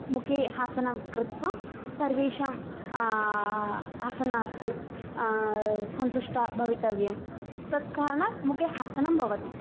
मुखे हासनं कृत्वा सर्वेषां हसनार्थं सन्तुष्टं भवितव्यं तत् कारणात् मुखे हासनं भवति